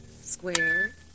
Square